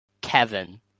Kevin